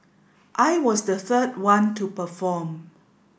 I was the third one to perform